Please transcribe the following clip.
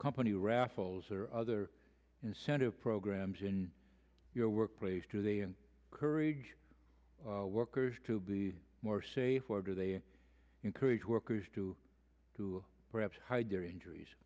company raffles or other incentive programs in your workplace today in courage workers to be more safe or do they encourage workers to do perhaps hide their injuries